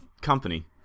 company